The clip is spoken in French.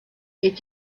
est